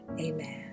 Amen